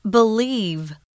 Believe